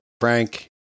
Frank